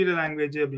language